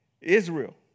Israel